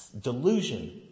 delusion